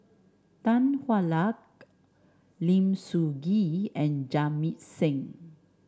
Tan Hwa Luck Lim Soo Ngee and Jamit Singh